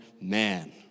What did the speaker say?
man